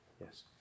Yes